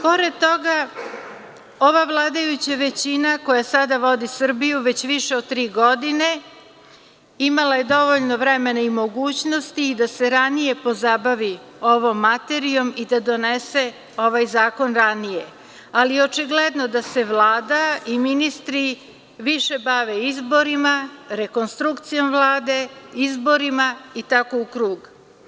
Pored toga ova vladajuća većina koja sada vodi Srbiju već više od tri godine imala je dovoljno vremena i mogućnosti da se ranije pozabavi ovom materijom i da donese ovaj zakon ranije, ali očigledno da se Vlada i ministri više bave izborima, rekonstrukcijom Vlade, izborima i tako u krug.